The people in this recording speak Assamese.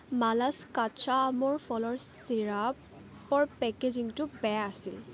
মালাছ কাচা আম ফলৰ চিৰাপৰ পেকেজিঙটো বেয়া আছিল